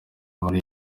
muri